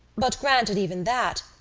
but granted even that,